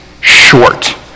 short